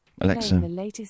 Alexa